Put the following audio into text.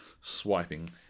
swiping